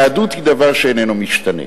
יהדות היא דבר שאיננו משתנה.